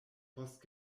post